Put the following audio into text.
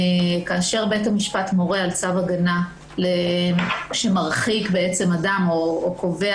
כשבית משפט מורה על צו הגנה שמרחיק אדם או קובע